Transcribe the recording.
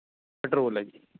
petrol ਹੈ ਜੀ